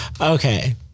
Okay